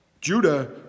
Judah